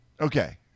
Okay